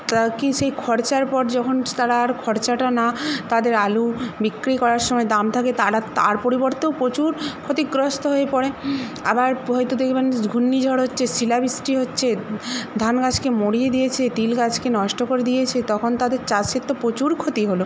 তা কি সেই খরচার পর যখন তারা আর খরচাটা না তাদের আলু বিক্রি করার সময় দাম থাকে তারা তার পরিবর্তেও প্রচুর ক্ষতিগ্রস্ত হয়ে পড়ে আবার হয়তো দেখবেন ঘূর্ণি ঝড় হচ্ছে শিলা বৃষ্টি হচ্ছে ধান গাছকে মরিয়ে দিয়েছে তিল গাছকে নষ্ট করে দিয়েছে তখন তাদের চাষের তো প্রচুর ক্ষতি হল